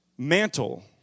Mantle